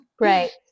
Right